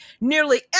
nearly